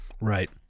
Right